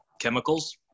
chemicals